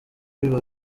biba